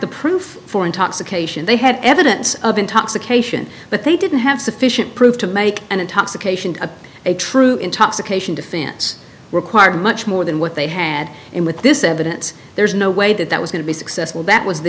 the proof for intoxication they had evidence of intoxication but they didn't have sufficient proof to make an intoxication of a true intoxication defense require much more than what they had in with this evidence there's no way that that was going to be successful that was the